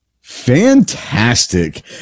fantastic